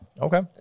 Okay